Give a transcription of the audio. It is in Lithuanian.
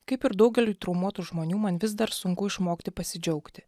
kaip ir daugeliui traumuotų žmonių man vis dar sunku išmokti pasidžiaugti